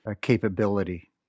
capability